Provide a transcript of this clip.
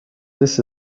this